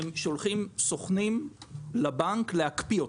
הם שולחים סוכנים לבנק כדי להקפיא אותו.